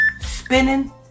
spinning